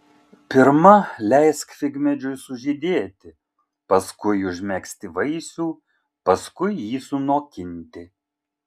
pirma leisk figmedžiui sužydėti paskui užmegzti vaisių paskui jį sunokinti